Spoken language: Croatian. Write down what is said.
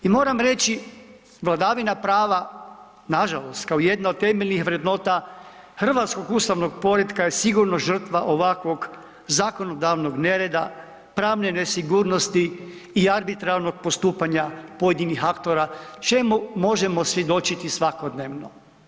I moram reći, vladavina prava nažalost, kao jedna od temeljnih vrednota hrvatskog ustavnog poretka je sigurno žrtva ovakvog zakonodavnog nereda, pravne sigurnosti i arbitrarnog postupanja pojedinih aktora, čemu možemo svjedočiti svakodnevno.